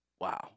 Wow